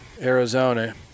Arizona